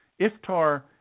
Iftar